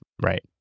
Right